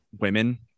women